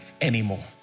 anymore